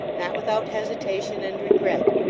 not without hesitation and regret,